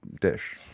dish